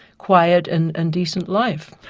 quiet and and decent life.